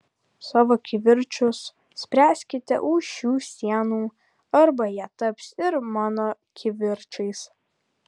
savo kivirčus spręskite už šių sienų arba jie taps ir mano kivirčais